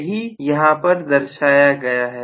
यही यहां पर दर्शाया गया है